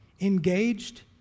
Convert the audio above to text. engaged